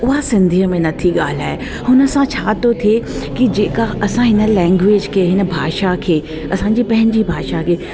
उहा सिंधीअ में नथी ॻाल्हाए हुन सां छा थो थिए की जेका असां हिन लैंग्विज खे हिन भाषा खे असांजी पंहिंजी भाषा खे